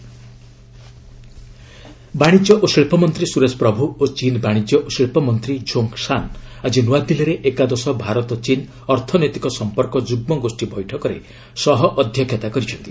India China ବାଣିଜ୍ୟ ଓ ଶିଳ୍ପ ମନ୍ତ୍ରୀ ସୁରେଶ ପ୍ରଭୁ ଓ ଚୀନ୍ ବାଣିଜ୍ୟ ଓ ଶିଳ୍ପ ମନ୍ତ୍ରୀ ଝୋଙ୍ଗ୍ ସାନ୍ ଆଜି ନୂଆଦିଲ୍ଲୀରେ ଏକାଦଶ ଭାରତ ଚୀନ୍ ଅର୍ଥନୈତିକ ସମ୍ପର୍କ ଯୁଗ୍ମ ଗୋଷ୍ଠୀ ବୈଠକରେ ସହ ଅଧ୍ୟକ୍ଷତା କରିଛନ୍ତି